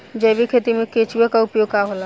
जैविक खेती मे केचुआ का उपयोग होला?